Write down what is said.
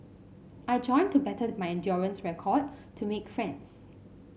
I joined to better my endurance record to make friends